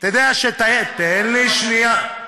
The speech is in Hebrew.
אתה יודע, תן לי שנייה.